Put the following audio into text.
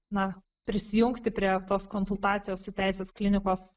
na prisijungti prie tos konsultacijos su teisės klinikos